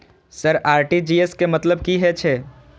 Sir RTGS के मतलब की हे छे?